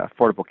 Affordable